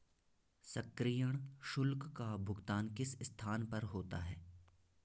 सक्रियण शुल्क का भुगतान किस स्थान पर होता है?